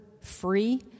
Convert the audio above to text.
free